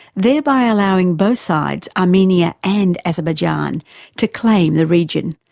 thereby allowing both sides armenia and azerbaijan to claim the region,